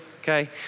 Okay